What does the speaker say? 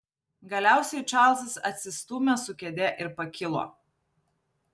galiausiai čarlzas atsistūmė su kėde ir pakilo